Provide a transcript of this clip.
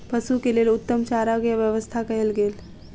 पशु के लेल उत्तम चारा के व्यवस्था कयल गेल